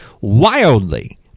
wildly